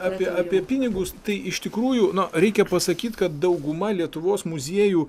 apie apie pinigus tai iš tikrųjų na reikia pasakyt kad dauguma lietuvos muziejų